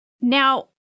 Now